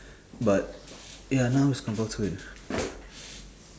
but ya now it's compulsory